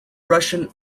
russian